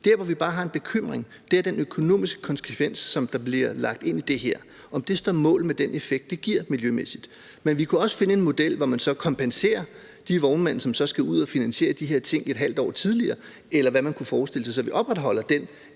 Vi har bare en bekymring for den økonomiske konsekvens, som der bliver lagt ind i det her, altså om den står mål med den effekt, det miljømæssigt giver. Men vi kunne også finde en model, hvor man så kompenserer de vognmænd, som så skal ud og finansiere de her ting et halvt år tidligere, eller hvad man kunne forestille sig. Så vi opretholder den